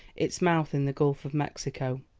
its mouth in the gulf of mexico.